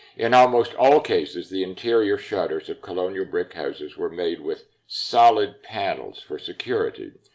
in almost all cases, the interior shutters of colonial brick houses were made with solid panels for security.